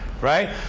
Right